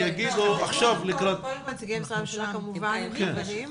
כל נציגי משרדי הממשלה כמובן מוזמנים.